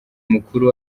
mukuru